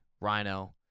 Rhino